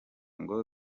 ngo